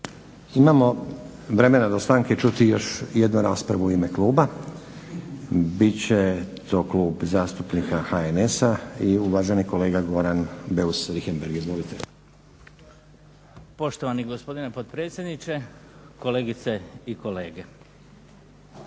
Imamo vremena do stanke čuti još jednu raspravu u ime kluba. Bit će to klub zastupnika HNS-a i uvaženi kolega Goran Beus Richemergh. Izvolite. **Beus Richembergh, Goran (HNS)** Poštovani gospodine potpredsjedniče, kolegice i kolege. Rasprava